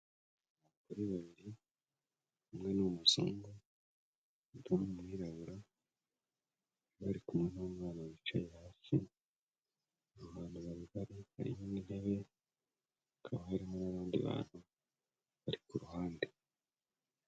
abagore babiri umwe n'umuzungudu umwira bura bari kumwe n'umwana wicaye hakiri ruhanga hari'hebe akaba harimo n'abandi bantu bari ku ruhande